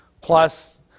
plus